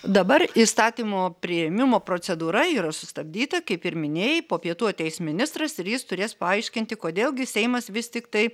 dabar įstatymo priėmimo procedūra yra sustabdyta kaip ir minėjai po pietų ateis ministras ir jis turės paaiškinti kodėl gi seimas vis tiktai